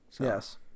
Yes